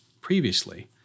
previously